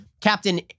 Captain